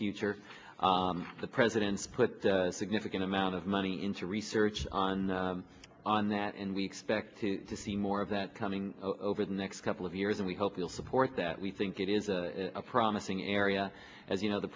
future the president's put a significant amount of money into research on on that and we expect to see more of that coming over the next couple of years and we hope you'll support that we think it is a promising area as you know the